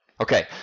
Okay